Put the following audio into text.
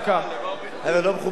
זה לא מכובד.